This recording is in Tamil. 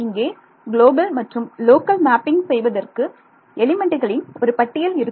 இங்கே குளோபல் மற்றும் லோக்கல் மேப்பிங் செய்வதற்கு எலிமெண்ட்டுகளின் ஒரு பட்டியல் இருக்கும்